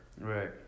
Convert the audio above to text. Right